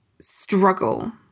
struggle